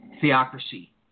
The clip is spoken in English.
theocracy